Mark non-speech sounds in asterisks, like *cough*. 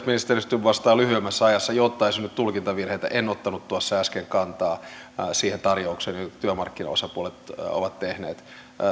*unintelligible* ministeri stubb vastaa lyhyemmässä ajassa jotta ei synny tulkintavirheitä en ottanut tuossa äsken kantaa siihen tarjoukseen jonka työmarkkinaosapuolet ovat tehneet